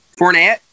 Fournette